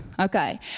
Okay